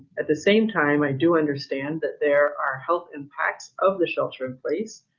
at the same time, i do understand that there are health impacts of the shelter in place,